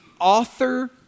author